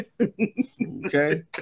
Okay